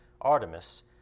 Artemis